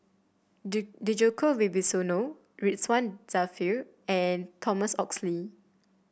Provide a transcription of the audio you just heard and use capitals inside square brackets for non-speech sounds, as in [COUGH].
[UNINTELLIGIBLE] Djoko Wibisono Ridzwan Dzafir and Thomas Oxley